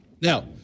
Now